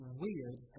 weird